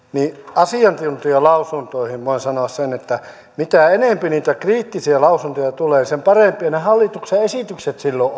asiantuntijalausuntoihin voin sanoa sen että mitä enempi niitä kriittisiä lausuntoja tulee sen parempia ne hallituksen esitykset silloin